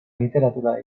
literatura